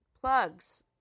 plugs